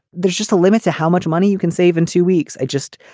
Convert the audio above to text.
there's just a limit to how much money you can save in two weeks. i just.